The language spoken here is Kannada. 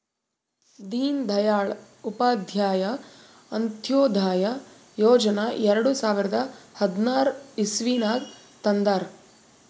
ದೀನ್ ದಯಾಳ್ ಉಪಾಧ್ಯಾಯ ಅಂತ್ಯೋದಯ ಯೋಜನಾ ಎರಡು ಸಾವಿರದ ಹದ್ನಾರ್ ಇಸ್ವಿನಾಗ್ ತಂದಾರ್